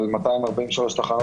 בבקשה תנו לנו תשובה גם על ההתחייבות